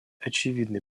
очевидный